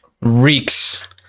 reeks